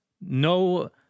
No